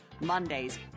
Mondays